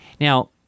Now